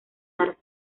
dar